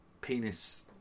penis